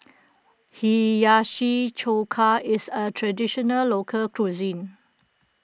Hiyashi Chuka is a Traditional Local Cuisine